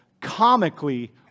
comically